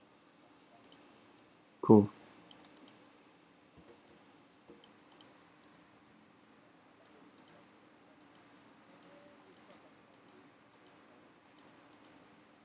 cool